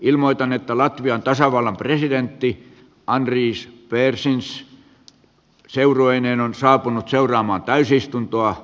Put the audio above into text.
ilmoitan että latvian tasavallan presidentti andris berzins seurueineen on saapunut seuraamaan täysistuntoa